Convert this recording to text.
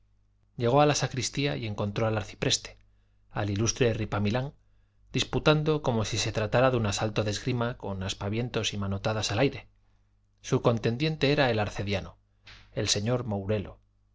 llegó a la sacristía y encontró al arcipreste al ilustre ripamilán disputando como si se tratara de un asalto de esgrima con aspavientos y manotadas al aire su contendiente era el arcediano el señor mourelo